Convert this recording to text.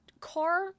car